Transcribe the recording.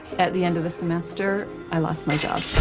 at the end of the semester, i lost my job.